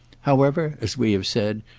however, as we have said,